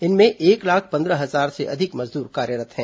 इनमें एक लाख पंद्रह हजार से अधिक मजदूर कार्यरत् हैं